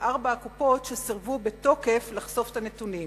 ארבע הקופות שסירבו בתוקף לחשוף את הנתונים.